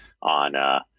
on